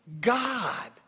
God